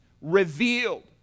revealed